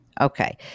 Okay